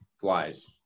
flies